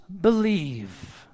believe